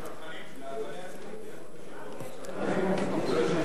לצרכנים זה לא ישנה כלום.